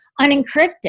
unencrypted